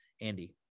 Andy